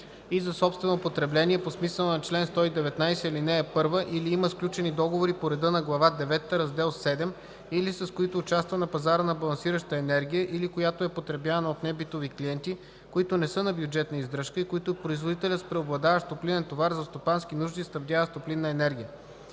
и за собствено потребление по смисъла на чл. 119, ал. 1 или има сключени договори по реда на Глава девета, раздел VII, или с които участва на пазара на балансираща енергия, или която е потребявана от небитови клиенти, които не са на бюджетна издръжка, и които производителят с преобладаващ топлинен товар за стопански нужди снабдява с топлинна енергия.